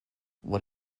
what